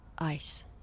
ice